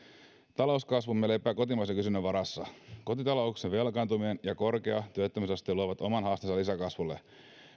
talouskasvumme lepää kotimaisen kysynnän varassa kotitalouksien velkaantuminen ja korkea työttömyysaste luovat oman haasteensa lisäkasvulle